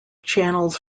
channels